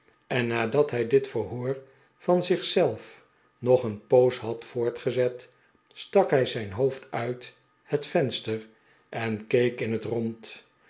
en nadat hij dit yerhoor van zich zelf nog een poos had yoortgezet stak hij zijn hoofd uit bet venster en keek in het rond